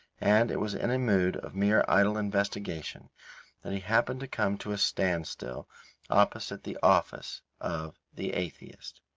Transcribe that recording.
and it was in a mood of mere idle investigation that he happened to come to a standstill opposite the office of the atheist.